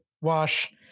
wash